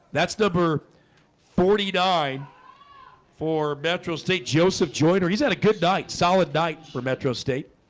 that's number forty nine for metro state joseph joyner. he's had a good night solid night for metro state